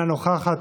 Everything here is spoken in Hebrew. אינה נוכחת.